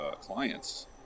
clients